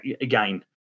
again